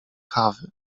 kawy